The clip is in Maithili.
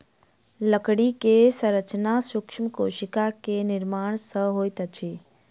लकड़ी के संरचना सूक्ष्म कोशिका के निर्माण सॅ होइत अछि